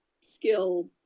skill